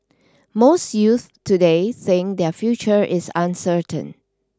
most youths today think their future is uncertain